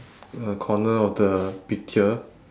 uh corner of the picture